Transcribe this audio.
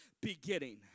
beginning